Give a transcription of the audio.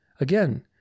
Again